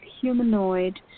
humanoid